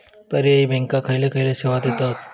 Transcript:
पर्यायी बँका खयचे खयचे सेवा देतत?